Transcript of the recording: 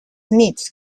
nits